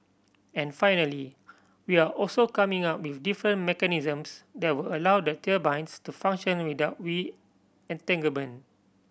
and finally we're also coming up with different mechanisms that will allow the turbines to function without weed entanglement